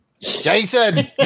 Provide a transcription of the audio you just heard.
Jason